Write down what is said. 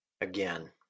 Again